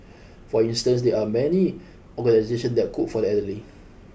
for instance there are many organisation that cook for the elderly